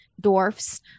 dwarfs